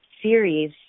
series